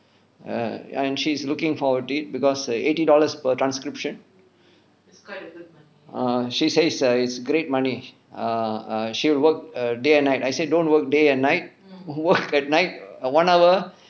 err and she's looking forward to it because err eighty dollars per transcription is quite a good money err she says it's great money err err she worked err day and night I said don't work day and night work at night err one hour